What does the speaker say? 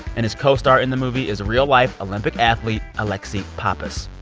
and his co-star in the movie is real-life olympic athlete alexi pappas.